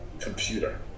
computer